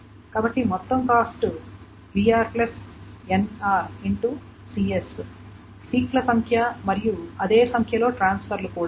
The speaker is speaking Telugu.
కాబట్టి మొత్తం cost br nr X cs సీక్ల సంఖ్య మరియు అదే సంఖ్యలో ట్రాన్స్ఫర్లు కూడా